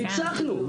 ניצחנו.